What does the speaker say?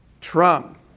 Trump